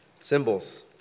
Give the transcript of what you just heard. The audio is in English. symbols